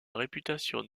réputation